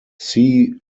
see